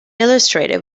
illustrated